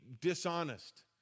dishonest